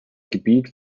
gebiet